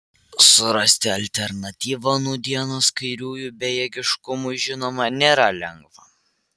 surasti alternatyvą nūdienos kairiųjų bejėgiškumui žinoma nėra lengva